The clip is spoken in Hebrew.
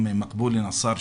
גם מקבולה נאסר,